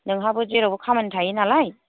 नोंहाबो जेरावबो खामानि थायो नालाय